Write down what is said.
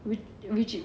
which which is